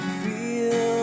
feel